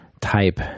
type